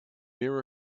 near